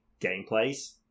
gameplays